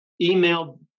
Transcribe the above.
Email